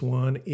one